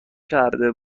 کرده